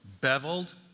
beveled